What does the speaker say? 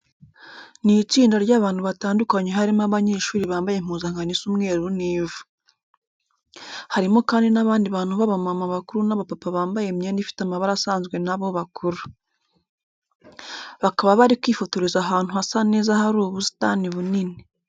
Ni itsinda ry'abantu batandukanye harimo abanyeshuri bambaye impuzankano isa umweru n'ivu. Harimo kandi n'abandi bantu b'abamama bakuru n'abapapa bambaye imyenda ifite amabara asanzwe na bo bakuru. Bakaba bari kwifotoreza ahantu hasa neza hari ubusitani bunini.